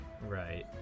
Right